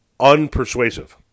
unpersuasive